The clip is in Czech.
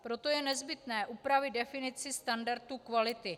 Proto je nezbytné upravit definici standardu kvality.